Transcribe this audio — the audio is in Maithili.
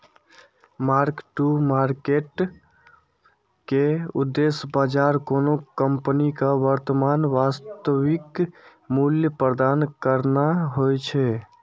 मार्क टू मार्केट के उद्देश्य बाजार कोनो कंपनीक वर्तमान वास्तविक मूल्य प्रदान करना होइ छै